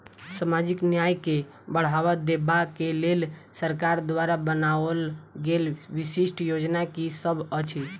सामाजिक न्याय केँ बढ़ाबा देबा केँ लेल सरकार द्वारा बनावल गेल विशिष्ट योजना की सब अछि?